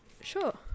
Sure